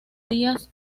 días